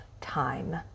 time